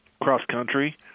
cross-country